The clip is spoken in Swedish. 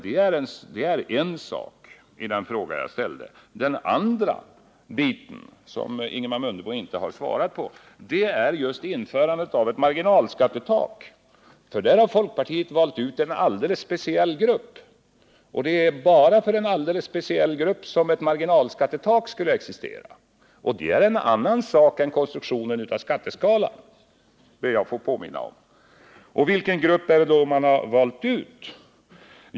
Det är en sak i den fråga jag ställde. Den andra biten, som Ingemar Mundebo inte har svarat på, gäller just införandet av ett marginalskattetak. Där har folkpartiet valt ut en alldeles speciell grupp, för vilken ett marginalskattetak skulle existera. Det är någonting annat än konstruktionen av skatteskalan. Vilken grupp har man då valt ut?